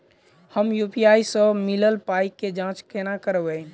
हम यु.पी.आई सअ मिलल पाई केँ जाँच केना करबै?